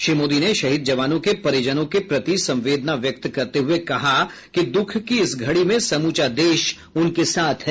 श्री मोदी ने शहीद जवानों के परिजनों के प्रति संवेदना व्यक्त करते हुए कहा कि दुःख की इस घड़ी में समूचा देश उनके साथ है